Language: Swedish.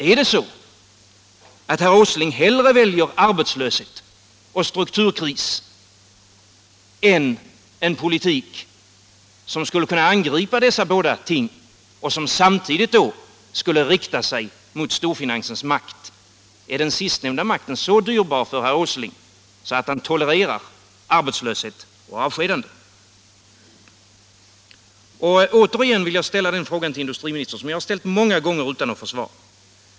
Är det så att herr Åsling hellre väljer arbetslöshet och strukturkris än en politik som skulle kunna angripa dessa båda ting och som samtidigt skulle rikta sig mot storfinansens makt? Är den sistnämnda makten så dyrbar för herr Åsling att han tolererar arbetslöshet och avskedanden? Återigen vill jag ställa några frågor till industriministern som jag ställt många gånger förr utan att få svar.